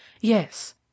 Yes